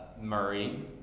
Murray